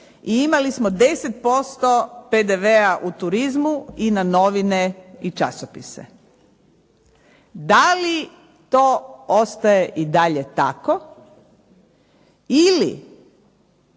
i imali smo 10% PDV-a u turizmu i na novine i časopise. Da li to ostaje i dalje tako ili